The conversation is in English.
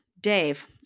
Dave